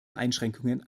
einschränkungen